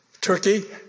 Turkey